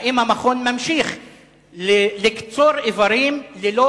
האם המכון ממשיך לקצור איברים של אסירים פלסטינים,